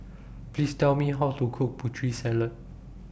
Please Tell Me How to Cook Putri Salad